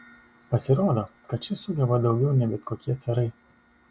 pasirodo kad šis sugeba daugiau nei bet kokie carai